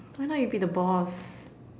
why not you be the boss